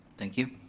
thank you.